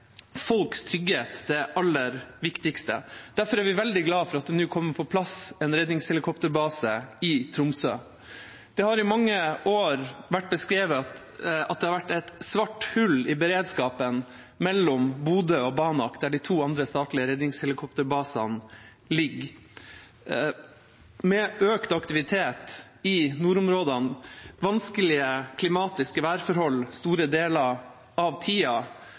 folks trygghet det aller viktigste. Derfor er vi veldig glade for at det nå kommer på plass en redningshelikopterbase i Tromsø. Det har i mange år vært beskrevet at det har vært et svart hull i beredskapen mellom Bodø og Banak, der de to andre statlige redningshelikopterbasene ligger. Med økt aktivitet i nordområdene, vanskelige klimatiske værforhold store deler av